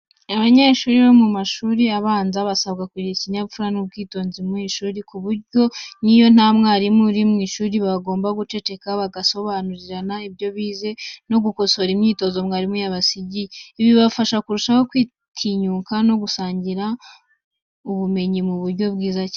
Abanyeshuri bo mu mashuri abanza basabwa kugira ikinyabupfura n’ubwitonzi mu ishuri, ku buryo n'iyo nta mwarimu uri mu ishuri, bagomba guceceka, bagasobanurirana ibyo bize no gukosora imyitozo mwarimu yabasigiye. Ibi bibafasha kurushaho kwitinyuka no gusangira ubumenyi mu buryo bwiza cyane.